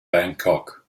bangkok